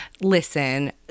Listen